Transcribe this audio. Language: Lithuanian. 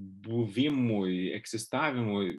buvimui egzistavimui